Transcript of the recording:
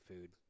food